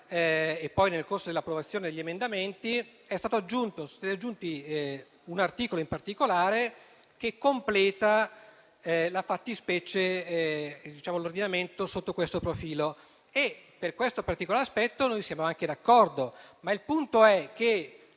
e poi dell'approvazione degli emendamenti, è stato aggiunto un articolo in particolare che completa l'ordinamento sotto questo profilo. Per questo particolare aspetto siamo anche d'accordo, ma il punto è che